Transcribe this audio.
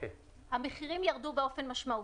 המחירים ירדו באופן משמעותי.